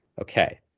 Okay